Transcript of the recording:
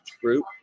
group